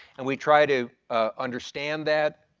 and we try to understand that,